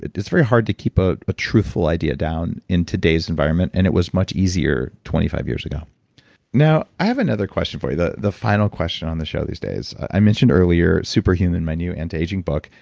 it's very hard to keep a truthful idea down in today's environment. and it was much easier twenty five years ago now, i have another question for you, the the final question on the show these days. i mentioned earlier super human, my new anti-aging book.